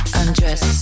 undress